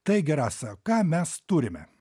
taigi rasa ką mes turime